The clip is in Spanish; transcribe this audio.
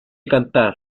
cantar